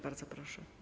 Bardzo proszę.